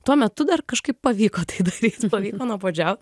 tuo metu dar kažkaip pavyko tai daryt pavyko nuobodžiaut